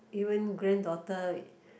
even granddaughter